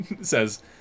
says